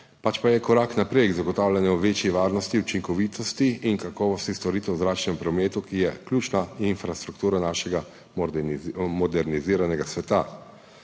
pač pa je korak naprej k zagotavljanju večje varnosti, učinkovitosti in kakovosti storitev v zračnem prometu, ki je ključna infrastruktura našega moderniziranega sveta.